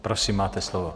Prosím, máte slovo.